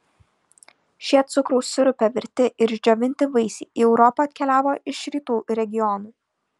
šie cukraus sirupe virti ir išdžiovinti vaisiai į europą atkeliavo iš rytų regionų